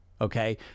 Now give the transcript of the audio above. okay